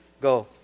Go